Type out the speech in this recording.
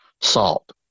salt